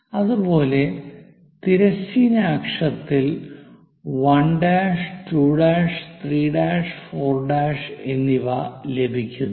അതുപോലെ തിരശ്ചീന അക്ഷത്തിൽ 1' 2' 3' 4' എന്നിവ ലഭിക്കുന്നു